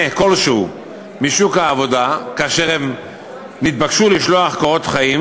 כלשהו משוק העבודה כאשר הם נתבקשו לשלוח קורות חיים,